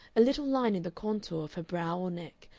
a little line in the contour of her brow or neck,